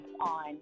on